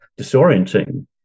disorienting